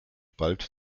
bald